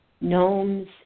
gnomes